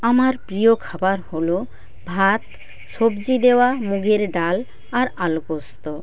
আমার প্রিয় খাবার হল ভাত সবজি দেওয়া মুগের ডাল আর আলু পোস্ত